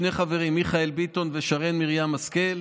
שני חברים: מיכאל ביטון ושרן מרים השכל,